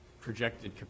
projected